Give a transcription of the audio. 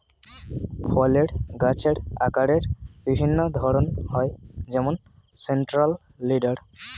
ফলের গাছের আকারের বিভিন্ন ধরন হয় যেমন সেন্ট্রাল লিডার